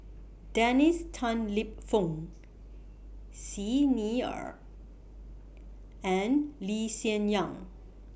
Dennis Tan Lip Fong Xi Ni Er and Lee Hsien Yang